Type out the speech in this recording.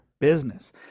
business